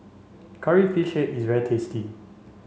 curry fish head is very tasty